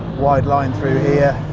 wide line through here.